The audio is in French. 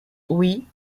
oui